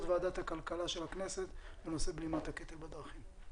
ועדת הכלכלה של הכנסת בנושא בלימת הקטל בדרכים.